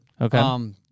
Okay